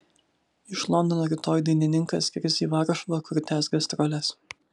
iš londono rytoj dainininkas skris į varšuvą kur tęs gastroles